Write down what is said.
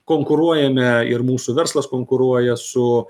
konkuruojame ir mūsų verslas konkuruoja su